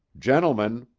gentlemen,